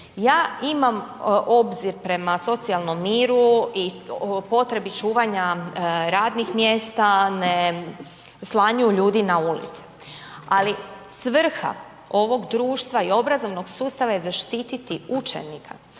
Ja imam obzir prema socijalnom miru i potrebi čuvanja radnih mjesta, ne slanju ljudi na ulice. Ali, svrha ovog društva i obrazovnog sustava je zaštiti učenika.